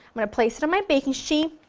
i'm going to place it on my baking sheet.